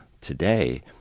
today